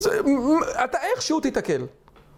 זה... אתה איך שהוא תיתקל?